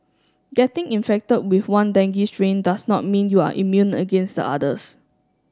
getting infected with one dengue strain does not mean you are immune against the others